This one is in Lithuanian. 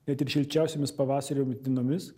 net ir šilčiausiomis pavasario dienomis